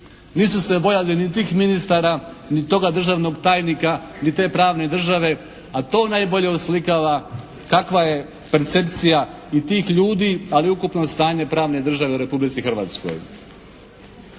Nisu se bojali ni tih ministara ni toga državnog tajnika ni te pravne države, ali to najbolje oslikava kakva je percepcija i tih ljudi, ali ukupno stanje pravne države u Republici Hrvatskoj.